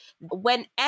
whenever